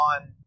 on